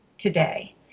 today